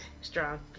Strong